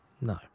No